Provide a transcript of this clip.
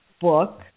book